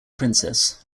princess